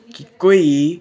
ਕਿ ਕੋਈ